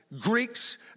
Greeks